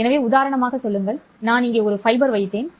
எனவே உதாரணமாக சொல்லுங்கள் நான் இங்கே ஒரு ஃபைபர் வைத்தேன்